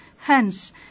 Hence